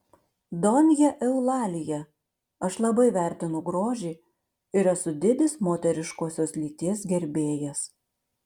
donja eulalija aš labai vertinu grožį ir esu didis moteriškosios lyties gerbėjas